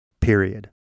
Period